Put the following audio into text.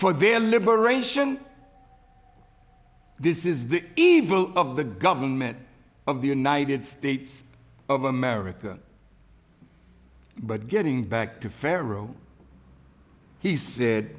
for their liberation this is the evil of the government of the united states of america but getting back to pharaoh he said